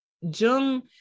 Jung